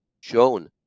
shown